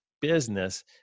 business